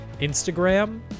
Instagram